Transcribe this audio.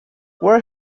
where